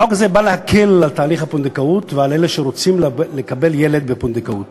החוק הזה בא להקל את תהליך הפונדקאות ועל אלה שרוצים לקבל ילד בפונדקאות